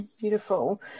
beautiful